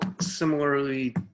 similarly